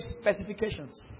specifications